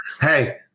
hey